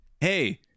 Hey